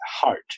Heart